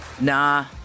nah